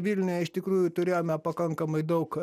vilniuje iš tikrųjų turėjome pakankamai daug